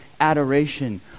adoration